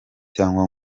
cyangwa